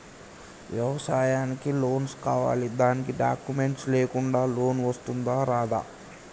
వ్యవసాయానికి లోన్స్ కావాలి దానికి డాక్యుమెంట్స్ లేకుండా లోన్ వస్తుందా రాదా?